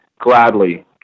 gladly